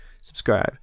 subscribe